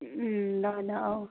ल ल औ